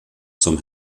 zum